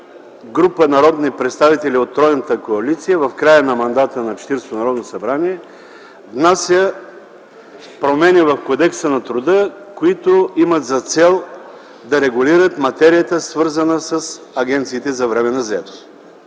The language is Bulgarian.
група народни представители от тройната коалиция в края на мандата на Четиридесетото Народно събрание внася промени в Кодекса на труда, които имат за цел да регулират материята, свързана с агенциите за временна заетост.